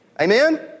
Amen